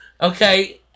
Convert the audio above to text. Okay